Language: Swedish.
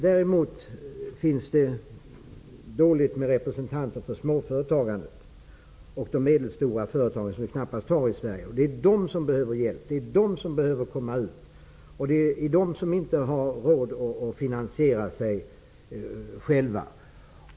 Däremot finns det dåligt med representanter för småföretagen och de medelstora företagen, vilka vi knappast har i Sverige. Det är de som behöver hjälp. Det är de som behöver komma ut, och det är de som inte har råd att finansiera sig själva.